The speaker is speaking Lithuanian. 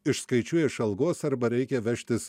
išskaičiuoja iš algos arba reikia vežtis